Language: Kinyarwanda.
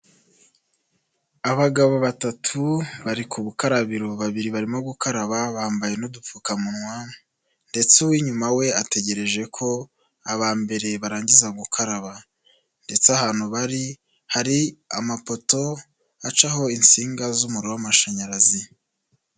Abagabo batatu bari ku bukarabiro babiri barimo gukaraba bambaye n'udupfukamunwa ndetse uw'inyuma we ategereje ko aba mbere barangiza gukaraba ndetse ahantu bari hari amapoto acaho insinga z'umuriro w'amashanyarazi.